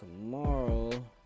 tomorrow